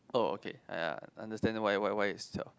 oh okay yeah I understand why why why it is twelve